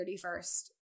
31st